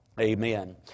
Amen